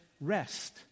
rest